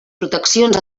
proteccions